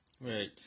Right